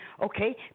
Okay